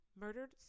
murdered